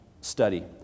study